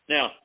Now